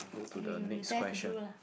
if you you dare to do lah